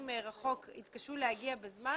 הכנסת שמתגוררים רחוק התקשו להגיע בזמן.